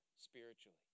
spiritually